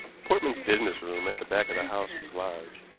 portman's business room at the back of the house was large,